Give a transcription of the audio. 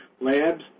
Labs